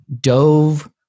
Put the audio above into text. dove